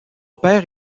père